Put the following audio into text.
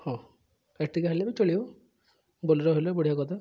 ହଁ ଇଟ୍ରିକା ହେଲେ ବି ଚଳିବ ବୋଲେର୍ ହେଲେ ବଢ଼ିଆ କଥା